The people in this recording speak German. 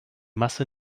masse